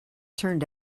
turned